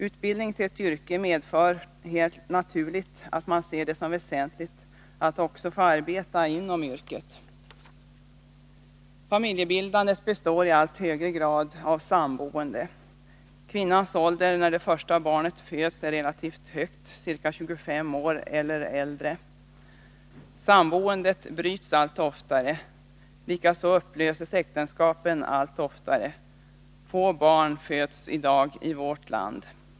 Utbildning till ett yrke medför helt naturligt att man ser det som väsentligt att man också får arbeta inom yrket. Familjebildandet består i allt högre grad av samboende. Kvinnans ålder när det första barnet föds är relativt hög, ca 25 år eller mer. Samboendet bryts allt oftare. Likaså upplöses äktenskapen allt oftare. Få barn föds i dag i vårt land.